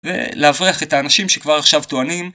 ולהפריח את האנשים שכבר עכשיו טוענים.